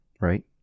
right